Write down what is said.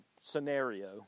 scenario